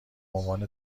عنوان